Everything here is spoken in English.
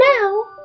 Now